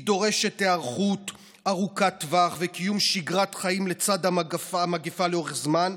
היא דורשת היערכות ארוכת טווח וקיום שגרת חיים לצד המגפה לאורך זמן.